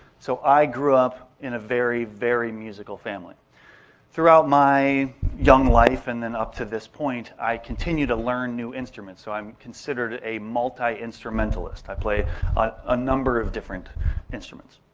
so i grew up in a very, very musical family throughout my young life and then up to this point i continued to learn new instruments. so i'm considered a multi-instrumentalist. i play a number of different instruments.